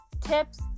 tips